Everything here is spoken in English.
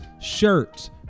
shirts